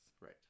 Right